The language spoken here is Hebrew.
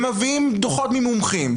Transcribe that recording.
מביאים דוחות ממומחים,